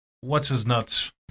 What's-his-nuts